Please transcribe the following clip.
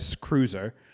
cruiser